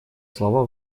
слова